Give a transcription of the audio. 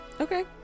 Okay